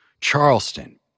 Charleston